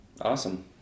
Awesome